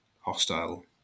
hostile